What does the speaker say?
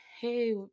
hey